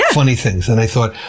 funny things, and i thought,